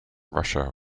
russia